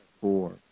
four